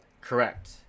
Correct